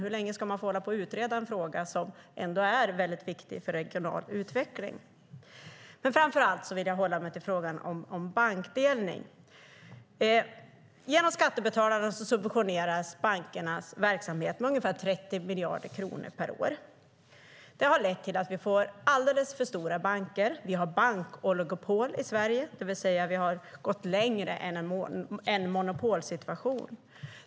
Hur länge ska man få hålla på att utreda en fråga som är mycket viktig för regional utveckling? Men framför allt vill jag hålla mig till frågan om bankdelning. Genom skattebetalarna subventioneras bankernas verksamhet med ungefär 30 miljarder kronor per år. Det har lett till att vi får alldeles för stora banker. Vi har bankoligopol i Sverige, det vill säga vi har gått längre än en monopolsituation.